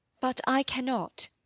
but i cannot.